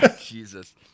jesus